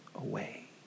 away